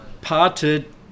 Parted